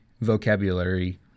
Vocabulary